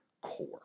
core